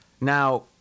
now